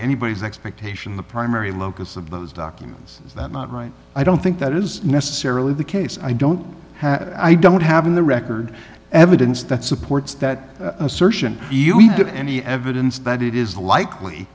anybody's expectation the primary locus of those documents is that not right i don't think that is necessarily the case i don't have i don't have in the record evidence that supports that assertion you give any evidence that it is likely